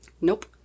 Nope